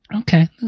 Okay